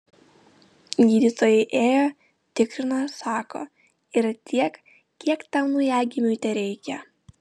gydytojai ėjo tikrino sako yra tiek kiek tam naujagimiui tereikia